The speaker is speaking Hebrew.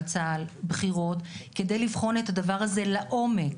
בצה"ל כדי לבחון את הדבר הזה לעומק,